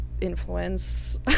influence